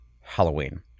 Halloween